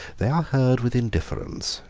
they are heard with indifference,